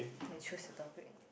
can choose the topic